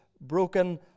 broken